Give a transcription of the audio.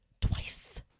Twice